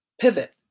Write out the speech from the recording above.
pivot